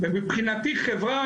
ומבחינתי חברה,